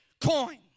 coin